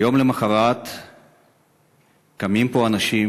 ויום למחרת קמים פה אנשים,